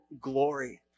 glory